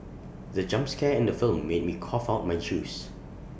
the jump scare in the film made me cough out my juice